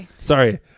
Sorry